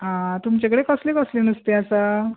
आं तुमचे कडेन कसलें कसलें नुस्तें आसा